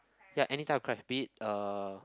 ya anytime type of cry be it uh